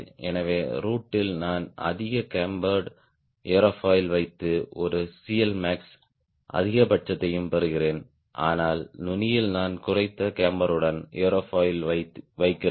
எனவே ரூட் ல் நான் அதிக கேம்பர்ட் ஏரோஃபாயில் வைத்து ஒரு CLmax அதிகபட்சத்தையும் பெறுகிறேன் ஆனால் நுனியில் நான் குறைந்த கேம்பருடன் ஏரோஃபாயில் வைக்கிறேன்